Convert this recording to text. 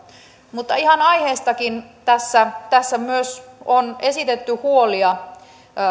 mutta ihan aiheestakin tässä tässä myös on esitetty huolia